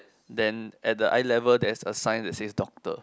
then at the eye level there is a sign that says doctor